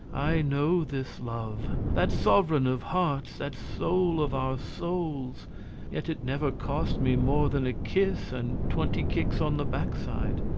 i know this love, that sovereign of hearts, that soul of our souls yet it never cost me more than a kiss and twenty kicks on the backside.